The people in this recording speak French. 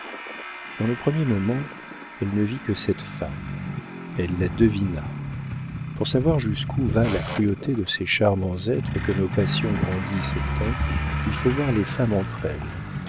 dans le premier moment elle ne vit que cette femme elle la devina pour savoir jusqu'où va la cruauté de ces charmants êtres que nos passions grandissent tant il faut voir les femmes entre elles